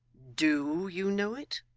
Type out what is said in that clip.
do you know it